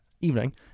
evening